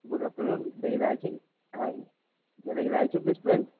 good afternoon এটা কি রায়চক হ্যাঁ এটা কি রায়চক রেস্টুরেন্ট